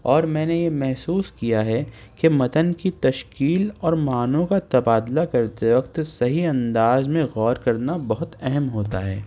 اور میں نے یہ محسوس کیا ہے کہ متنن کی تشکیل اور معنوں کا تبادلہ کرتے وقت صحیح انداز میں غور کرنا بہت اہم ہوتا ہے